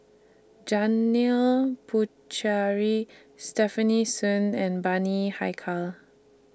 Janil Pucheary Stefanie Sun and Bani Haykal